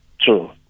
true